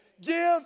Give